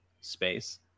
space